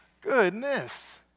Goodness